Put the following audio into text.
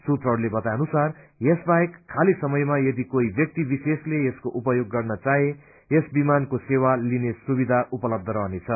सूत्रहरूले बताएअनुसार यस बाहेक खाली समयमा यदि कोही ब्यक्ति विशेषले यसको उपयोग गर्न चाहे यस विमानको सेवा लिने सुविधा उपलब्ध रहनेछ